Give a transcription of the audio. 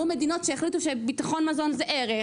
אל מול מדינות שהחליטו שביטחון מזון זה ערך,